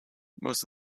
most